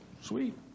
Sweet